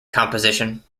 composition